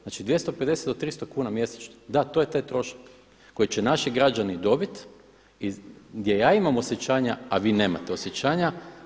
Znači 250 do 300 kuna mjesečno, da to je taj trošak koji će naši građani dobiti i gdje ja imamo osjećanja, a vi nemate osjećanja.